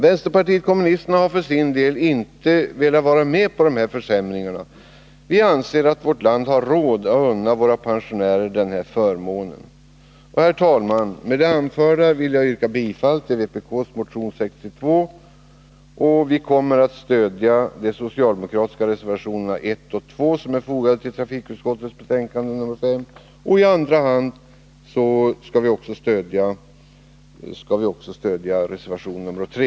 Vänsterpartiet kommunisterna har för sin del inte velat vara med på dessa försämringar. Vi anser att vårt land har råd att unna våra pensionärer denna förmån. Herr talman! Med det anförda vill jag yrka bifall till vpk:s motion 62. Vi kommer att stödja de socialdemokratiska reservationerna 1 och 2, som är fogade till trafikutskottets betänkande nr 5. I andra hand stöder vi också socialdemokraternas reservation nr 3.